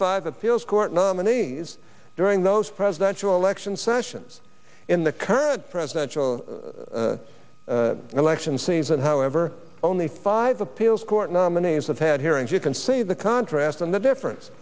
five appeals court nominees during those presidential election sessions in the current presidential election season however only five appeals court nominees that had hearings you can see the contrast and the difference